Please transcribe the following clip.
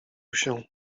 się